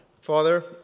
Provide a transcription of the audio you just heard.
Father